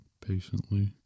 patiently